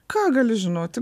ką gali žinoti